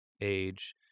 age